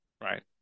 right